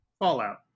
fallout